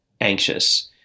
anxious